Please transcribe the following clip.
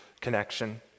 connection